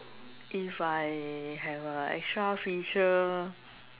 if I have a extra feature